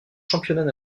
championnats